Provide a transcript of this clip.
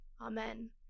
Amen